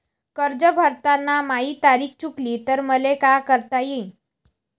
कर्ज भरताना माही तारीख चुकली तर मले का करता येईन?